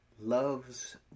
loves